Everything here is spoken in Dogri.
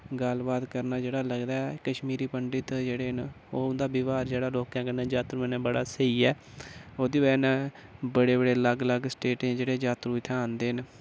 गल्लबात करना जेह्ड़ा लगदा ऐ कश्मीरी पंडत जेह्ड़े न ओह् उंदा व्यवहार जेह्ड़ा लोकें कन्नै जातरुएं कन्नै बड़ा सेही ऐ ओह्दी बजह कन्नै बड़े बड़े लग्ग लग्ग स्टेटें जेह्ड़े जातरु इत्थैं आंदे न